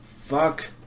Fuck